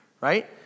right